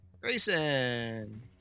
Grayson